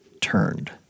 turned